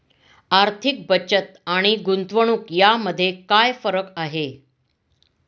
आर्थिक बचत आणि गुंतवणूक यामध्ये काय फरक आहे?